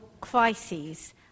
crises